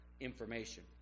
information